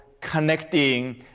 connecting